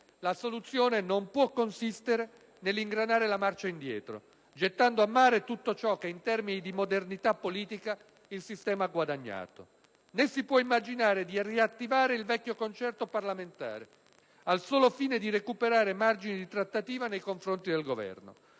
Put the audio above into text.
la soluzione non può consistere nell'ingranare la marcia indietro, gettando a mare tutto ciò che in termini di modernità politica il sistema ha guadagnato. Né si può immaginare di riattivare il vecchio concerto parlamentare al solo fine di recuperare margini di trattativa nei confronti del Governo.